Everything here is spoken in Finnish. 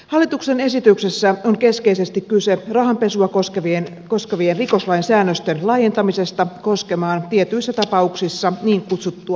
hallituksen esityksessä on keskeisesti kyse rahanpesua koskevien rikoslain säännösten laajentamisesta koskemaan tietyissä tapauksissa niin kutsuttua itsepesua